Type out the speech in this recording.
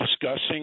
discussing